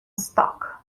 stock